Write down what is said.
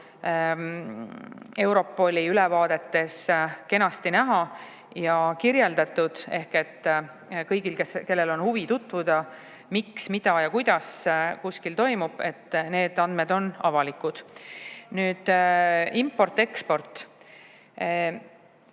Europoli ülevaadetes kenasti näha ja kirjeldatud. Ehk kui kellelgi on huvi tutvuda, miks, mida ja kuidas kuskil toimub, siis need andmed on avalikud. Nüüd, import-eksport.